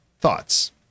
thoughts